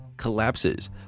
Collapses